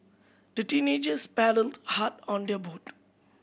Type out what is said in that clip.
the teenagers paddled hard on their boat